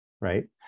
right